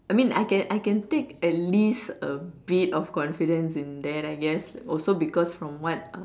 I mean I can I can take at least a bit of confidence in there I guess also because from what